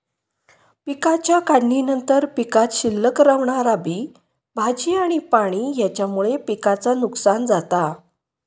पिकाच्या काढणीनंतर पीकात शिल्लक रवणारा बी, भाजी आणि पाणी हेच्यामुळे पिकाचा नुकसान जाता